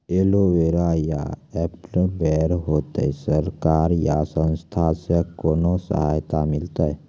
Aloe vera या apple बैर होते? सरकार या संस्था से कोनो सहायता मिलते?